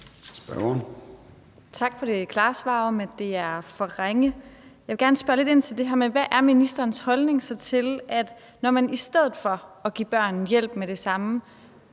Tak for det klare svar om, at det er for ringe. Jeg vil gerne spørge lidt ind til det her med, hvad ministerens holdning så er til, at man i stedet for at give børn hjælp med det samme